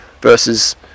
versus